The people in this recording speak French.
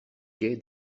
quai